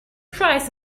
prize